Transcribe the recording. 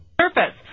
Surface